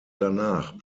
danach